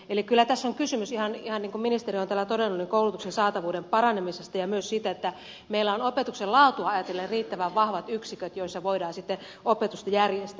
eli kyllä tässä on kysymys ihan niin kuin ministeri on täällä todennut koulutuksen saatavuuden paranemisesta ja myös siitä että meillä on opetuksen laatua ajatellen riittävän vahvat yksiköt joissa voidaan sitten opetusta järjestää